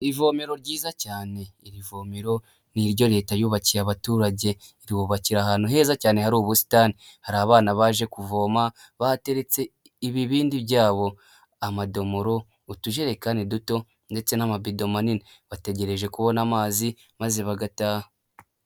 Ivomero ryiza cyane, iri vomero n'iryo Leta yubakiye abaturage iribubakira ahantu heza cyane hari ubusitani, hari abana baje kuvoma bahateretse ibibindi byabo amadomoro utujerekani duto ndetse n'amabido manini, bategereje kubona amazi maze bagataha.